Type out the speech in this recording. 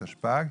התשפ"ג-2023,